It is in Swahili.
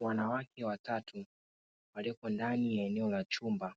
Wanawake watatu, walioko ndani ya eneo la chumba,